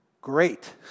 great